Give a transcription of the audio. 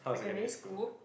secondary school